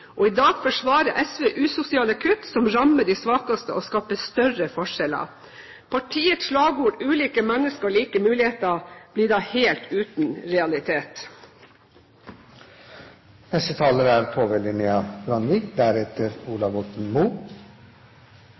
og i dag forsvarer SV usosiale kutt som rammer de svakeste og skaper større forskjeller. Partiets slagord, Ulike mennesker – Like muligheter, blir da helt uten realitet.